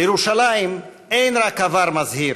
לירושלים אין רק עבר מזהיר,